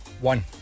One